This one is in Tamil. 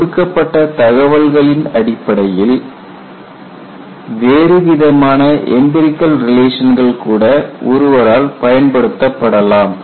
கொடுக்கப்பட்ட தகவல்களின் அடிப்படையில் வேறுவிதமான எம்பிரிகல் ரிலேஷன்கள் கூட ஒருவரால் பயன்படுத்தப்படலாம்